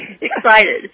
excited